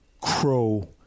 Crow